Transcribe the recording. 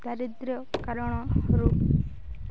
ଦାରିଦ୍ର୍ୟ କାରଣରୁ